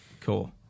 Cool